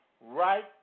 right